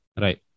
Right